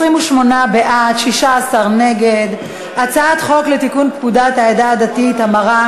את הצעת חוק לתיקון פקודת העדה הדתית (המרה)